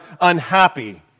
unhappy